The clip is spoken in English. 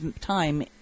time